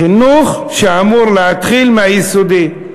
חינוך שאמור להתחיל מהיסודי.